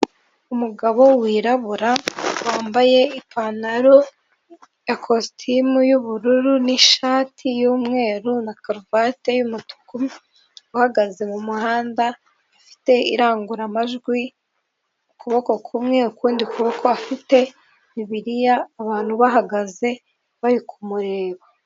Umugabo wirabura wambaye ipantaro ikositimu y'ubururu n'ishati y'umweru na karuvati y'umutuku uhagaze mu muhanda, afite irangurumajwi ukuboko kumwe ukundi kuboko afite bibiya abantu bahagaze bari kumureba.